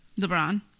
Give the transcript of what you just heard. LeBron